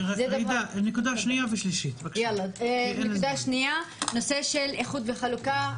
הנקודה השנייה היא הנושא של איחוד וחלוקה,